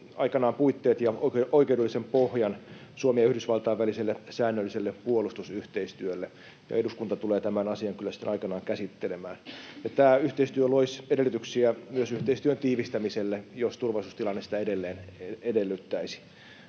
aikanaan puitteet ja oikeudellisen pohjan Suomen ja Yhdysvaltain väliselle säännölliselle puolustusyhteistyölle, ja eduskunta tulee tämän asian kyllä sitten aikanaan käsittelemään. Tämä yhteistyö loisi edellytyksiä myös yhteistyön tiivistämiselle, jos turvallisuustilanne sitä edelleen